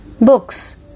books